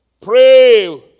Pray